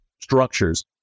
structures